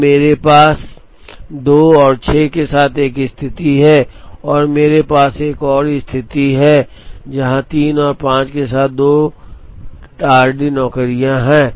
अब मेरे पास 2 और 6 के साथ एक स्थिति है और मेरे पास एक और स्थिति है जहां 3 और 5 के साथ 2 मार्डी नौकरियां हैं